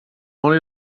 molt